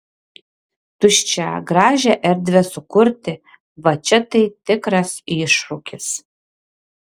tuščią gražią erdvę sukurti va čia tai tikras iššūkis